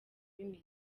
bimeze